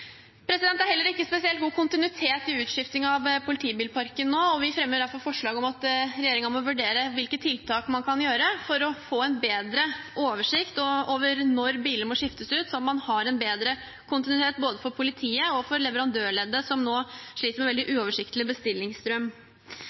Det er heller ikke spesielt god kontinuitet i utskiftingen av politibilparken nå, og vi fremmer derfor forslag om at regjeringen må vurdere hvilke tiltak man kan gjøre for å få bedre oversikt over når biler må skiftes ut, sånn at man får bedre kontinuitet for både politiet og leverandørleddet, som nå sliter med en veldig uoversiktlig bestillingsstrøm.